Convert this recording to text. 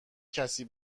کسی